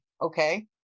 okay